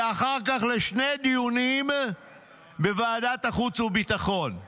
ואחר כך לשני דיונים בוועדת החוץ והביטחון.